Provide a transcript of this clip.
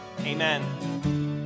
Amen